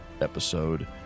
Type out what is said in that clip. episode